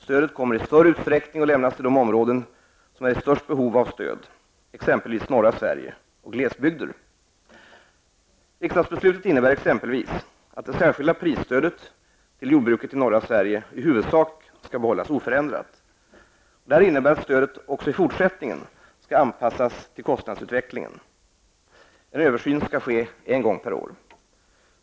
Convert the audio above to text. Stödet kommer i större utsträckning att lämnas till de områden som är i störst behov av stöd, exempelvis norra Sverige och glesbygder. Riksdagsbeslutet innebär exempelvis att det särskilda prisstödet till jordbruket i norra Sverige i huvudsak skall behållas oförändrat. Detta innebär att stödet även i fortsättningen skall anpassas till kostnadsutvecklingen. En översyn skall ske en gång per år.